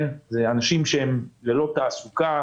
אלה אנשים שהם ללא תעסוקה.